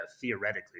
theoretically